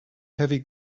heavy